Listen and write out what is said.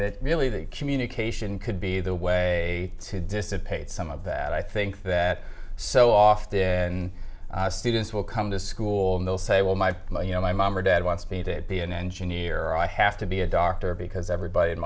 that really the communication could be the way to dissipate some of that i think that so often and students will come to school and they'll say well my you know my mom or dad wants me to be an engineer i have to be a doctor because everybody in